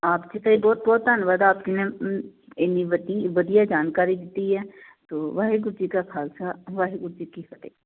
ਆਪ ਜੀ ਦਾ ਬਹੁਤ ਬਹੁਤ ਧੰਨਵਾਦ ਆਪ ਜੀ ਨੇ ਇੰਨੀ ਵਧੀ ਵਧੀਆ ਜਾਣਕਾਰੀ ਦਿੱਤੀ ਹੈ ਸੋ ਵਾਹਿਗੁਰੂ ਜੀ ਕਾ ਖਾਲਸਾ ਵਾਹਿਗੁਰੂ ਜੀ ਕੀ ਫਤਿਹ